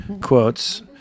quotes